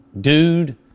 dude